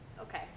okay